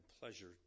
pleasure